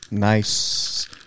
nice